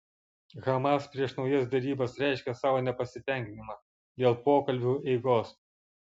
hamas prieš naujas derybas reiškė savo nepasitenkinimą dėl pokalbių eigos